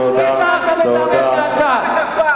תתבייש לך.